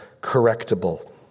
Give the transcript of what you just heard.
correctable